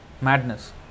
madness